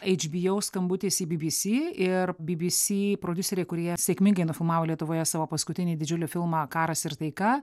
eičbieu skambutis į bbc ir bbc prodiuseriai kurie sėkmingai nufilmavo lietuvoje savo paskutinį didžiulį filmą karas ir taika